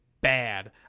bad